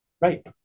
Right